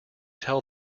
tell